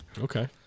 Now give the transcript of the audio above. Okay